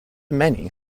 many